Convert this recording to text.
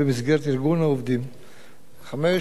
פעילותו לצורך הקמה של ועד עובדים.